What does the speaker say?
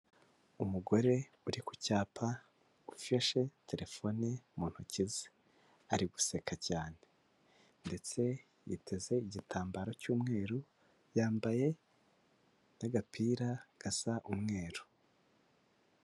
Umugore uri ku cyapa ufashe terefone mu ntoki ze, ari guseka cyane ndetse yiteze igitambaro cy'umweru yambaye n'agapira gasa umweru.